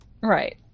Right